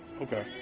Okay